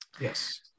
Yes